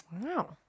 wow